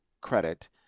credit